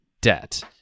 debt